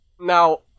Now